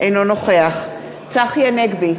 אינו נוכח צחי הנגבי,